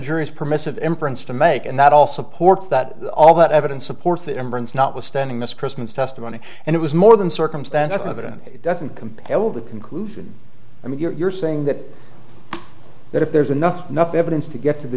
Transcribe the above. jury's permissive inference to make and that all supports that all that evidence supports that immigrants notwithstanding this christmas testimony and it was more than circumstantial evidence it doesn't compel the conclusion i mean you're saying that that if there's enough enough evidence to get to the